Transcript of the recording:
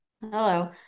hello